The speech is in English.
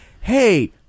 hey